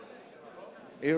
היא,